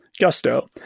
Gusto